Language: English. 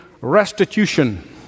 restitution